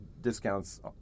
discounts